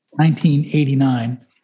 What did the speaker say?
1989